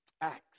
Acts